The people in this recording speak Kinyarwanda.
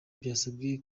byasabwe